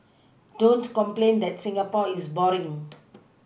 don't complain that Singapore is boring